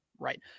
Right